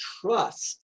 trust